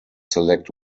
select